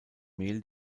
mehl